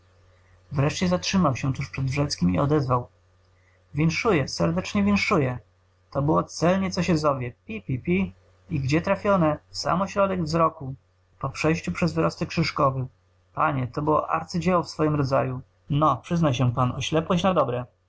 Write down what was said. wreszcie zatrzymał się tuż przed wrzeckim i odezwał winszuję serdecznie winszuję to było celnie co się zowie pi pi pi i gdzie trafione w sam ośrodek wzroku po przejściu przez wyrostek szyszkowy panie to było arcydzieło w swoim rodzaju no przyznaj się pan oślepłeś na dobre